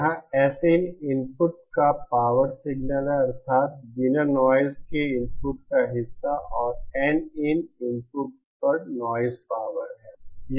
यहां Sin input का power signal है अर्थात बिना नॉइज़ के इनपुट का हिस्सा और Nin इनपुट पर नॉइज़ पावर है